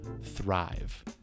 thrive